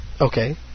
Okay